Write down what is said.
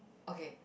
okay